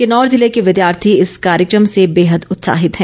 किन्नौर जिले के विद्यार्थी इस कार्यक्रम से बेहद उत्साहित हैं